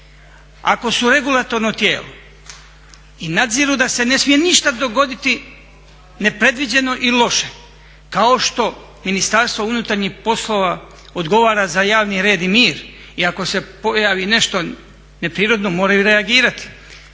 Ako su regulatorno tijelo i nadziru da se ne smije ništa dogoditi nepredviđeno i loše, kao što Ministarstvo unutarnjih poslova odgovara za javni red i mir i ako se pojavi nešto neprirodno moraju reagirati.